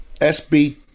SB